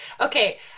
Okay